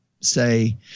say